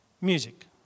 music